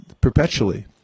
perpetually